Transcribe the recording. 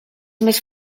més